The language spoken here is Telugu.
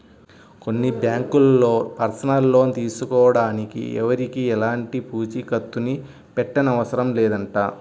కొన్ని బ్యాంకుల్లో పర్సనల్ లోన్ తీసుకోడానికి ఎవరికీ ఎలాంటి పూచీకత్తుని పెట్టనవసరం లేదంట